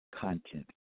content